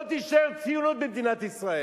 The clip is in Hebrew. לא תישאר ציונות במדינת ישראל.